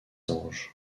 anges